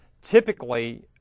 typically